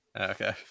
Okay